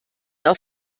auf